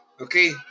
Okay